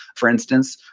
for instance,